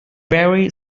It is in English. very